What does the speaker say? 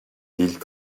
ils